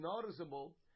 noticeable